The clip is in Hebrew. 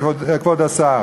כבוד השר.